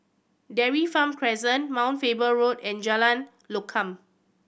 Dairy Farm Crescent Mount Faber Road and Jalan Lokam